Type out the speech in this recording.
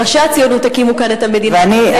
ראשי הציונות הקימו כאן את המדינה כדי